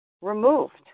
removed